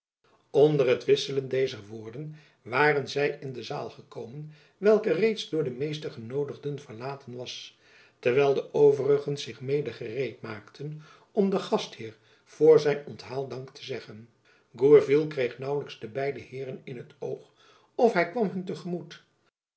onder het wisselen dezer woorden waren zy in de zaal gekomen welke reeds door de meeste genoodigden verlaten was terwijl de overigen zich mede gereed maakten om den gastheer voor zijn onthaal dank te zeggen gourville kreeg naauwelijks de beide heeren in t oog of hy kwam hun te gemoet